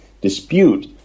dispute